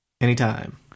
Anytime